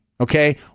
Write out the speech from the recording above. okay